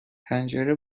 پنجره